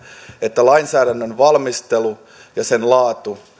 että lainsäädännön valmistelu ja sen laatu